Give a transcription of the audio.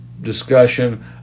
discussion